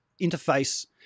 interface